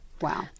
Wow